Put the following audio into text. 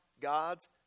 God's